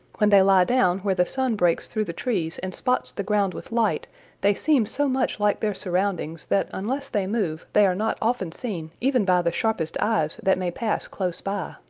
when they lie down where the sun breaks through the trees and spots the ground with light they seem so much like their surroundings that unless they move they are not often seen even by the sharpest eyes that may pass close by.